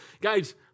Guys